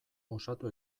osatu